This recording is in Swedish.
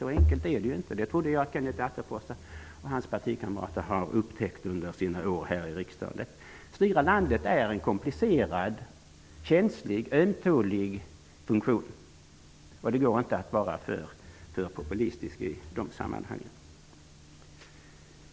Så enkelt är det inte. Det trodde jag att Kenneth Attefors och hans partikamrater hade upptäckt under sina år här i riksdagen. Att styra landet är en komplicerad, känslig och ömtålig uppgift. Det går inte att vara för populistisk i det sammanhanget.